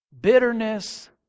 bitterness